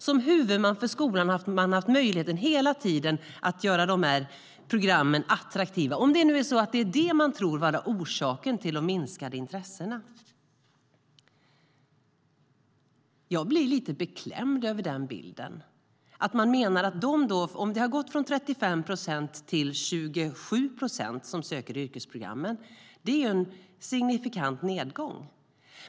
Som huvudman för skolan har man hela tiden haft möjlighet att göra dessa program attraktiva, om det nu är det man tror är orsaken till det minskade intresset. Jag blir lite beklämd av den bilden. Att det har gått från 35 procent till 27 procent som söker yrkesprogrammen är en signifikant nedgång.